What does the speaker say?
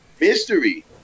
mystery